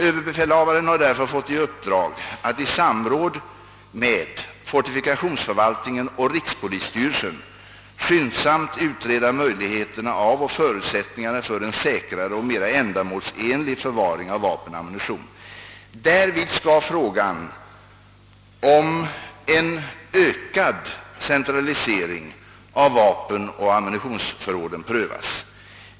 Överbefälhavaren har sålunda fått i uppdrag att i samråd med fortifikationsförvaltningen och rikspolisstyrelsen skyndsamt utreda möjligheterna av och förutsättningarna för en säkrare och mera ändamålsenlig förvaring av vapen och ammunition. Därvid skall frågan om en ökad centralisering av vapenoch ammunitionsförråden prövas.